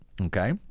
Okay